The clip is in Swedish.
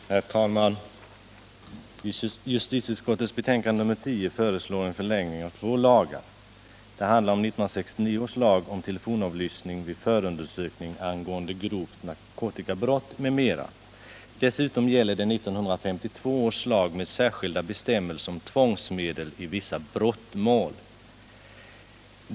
Herr talman! I justitieutskottets betänkande nr 10 föreslås en förlängning av två lagar, nämligen 1969 års lag om telefonavlyssning vid förundersökning angående grovt narkotikabrott m.m. och 1952 års lag med särskilda bestämmelser om tvångsmedel i vissa brottmål.